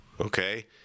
okay